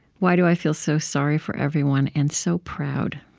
why do i feel so sorry for everyone and so proud?